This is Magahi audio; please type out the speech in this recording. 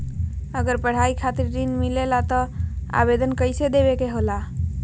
अगर पढ़ाई खातीर ऋण मिले ला त आवेदन कईसे देवे के होला?